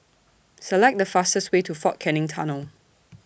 Select The fastest Way to Fort Canning Tunnel